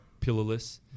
pillarless